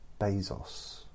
Bezos